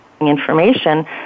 information